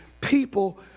People